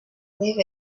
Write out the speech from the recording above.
leave